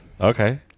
Okay